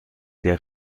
der